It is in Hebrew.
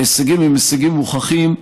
ההישגים הם הישגים מוכחים,